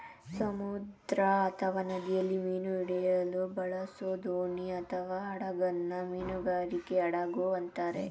ಸಮುದ್ರ ಅಥವಾ ನದಿಯಲ್ಲಿ ಮೀನು ಹಿಡಿಯಲು ಬಳಸೋದೋಣಿಅಥವಾಹಡಗನ್ನ ಮೀನುಗಾರಿಕೆ ಹಡಗು ಅಂತಾರೆ